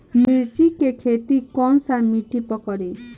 मिर्ची के खेती कौन सा मिट्टी पर करी?